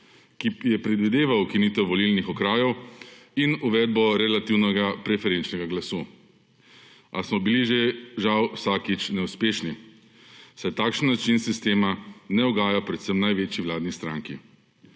ki je predvideval ukinitev volilnih okrajev in uvedbo relativnega preferenčnega glasu. A smo bili žal vsakič neuspešni, saj takšen način sistema ne ugaja predvsem največji vladni stranki.